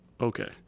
Okay